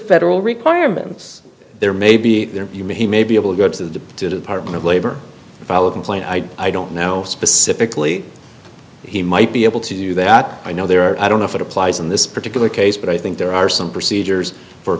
federal requirements there may be there you may he may be able to go to the department of labor file a complaint i don't know specifically he might be able to do that i know there are i don't know if it applies in this particular case but i think there are some procedures for